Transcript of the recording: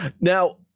Now